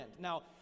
Now